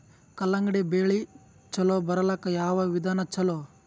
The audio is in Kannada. ಕಲ್ಲಂಗಡಿ ಬೆಳಿ ಚಲೋ ಬರಲಾಕ ಯಾವ ವಿಧಾನ ಚಲೋ?